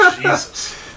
Jesus